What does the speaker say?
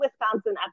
Wisconsin